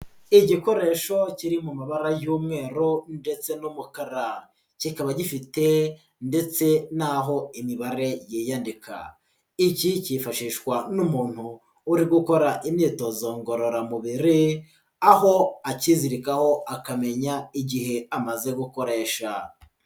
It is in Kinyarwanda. Igikoresho kiri mu mabara y'umweru ndetse n'umukara. Kikaba gifite ndetse n'aho imibare yiyandika. Iki kifashishwa n'umuntu uri gukora imyitozo ngororamubiri. Aho akizirikaho akamenya igihe amaze gukoresha.